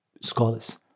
scholars